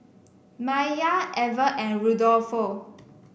Maiya Ever and Rudolfo